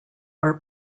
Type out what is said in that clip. are